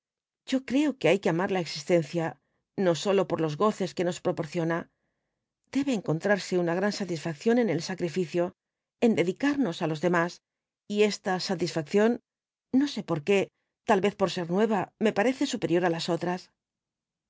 yo creo qu hay que amar la existencia no sólo por los goces que nos proporciona debe encontrarse una gran satisfacción en el sacrificio eñ dedicarnos á los demás y esta satisfacción no sé por qué tal vez por ser nueva me parecesuperior á las otras